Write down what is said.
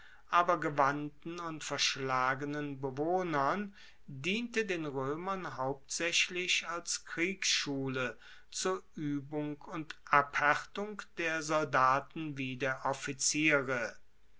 aber gewandten und verschlagenen bewohnern diente den roemern hauptsaechlich als kriegsschule zur uebung und abhaertung der soldaten wie der offiziere